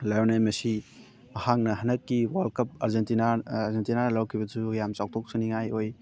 Lionel Messi ꯃꯍꯥꯛꯅ ꯍꯟꯗꯛꯀꯤ world cup Argentina ꯑꯥꯔꯖꯦꯟꯇꯤꯅꯥꯅ ꯂꯧꯔꯛꯈꯤꯕꯗꯨ ꯌꯥꯝ ꯆꯥꯎꯊꯣꯛ ꯆꯅꯤꯡꯉꯥꯏ ꯑꯣꯏ